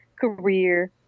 career